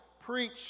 preach